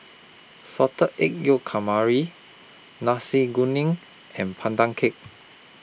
Salted Egg Yolk Nasi Kuning and Pandan Cake